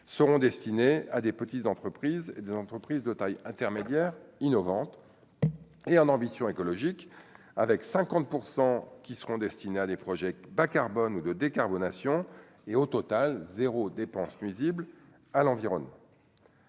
seront destinés à des petites entreprises, des entreprises de taille intermédiaire innovantes et en ambition écologique avec 50 % qui seront destinés à des projets bas-carbone ou de décarbonation et au total 0 nuisibles à l'environnement.